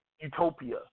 utopia